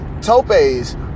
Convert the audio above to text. topes